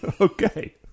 Okay